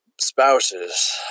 spouses